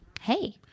hey